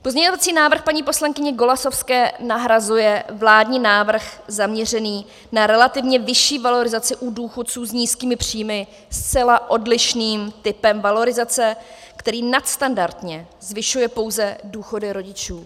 Pozměňovací návrh paní poslankyně Golasowské nahrazuje vládní návrh zaměřený na relativně vyšší valorizaci u důchodců s nízkými příjmy zcela odlišným typem valorizace, který nadstandardně zvyšuje pouze důchody rodičů.